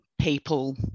people